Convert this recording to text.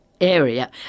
area